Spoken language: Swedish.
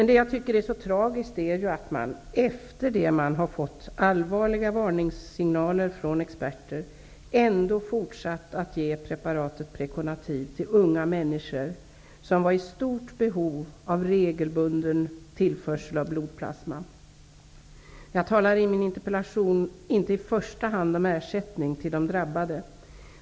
Det jag tycker är så tragiskt är att man -- efter det att man fått allvarliga varningssignaler från experter -- ändå fortsatt att ge preparatet Preconativ till unga människor som varit i stort behov av regelbunden tillförsel av blodplasma. Jag talar i min interpellation inte i första hand om ersättning till de drabbade.